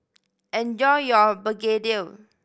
enjoy your begedil